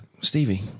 Stevie